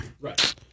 Right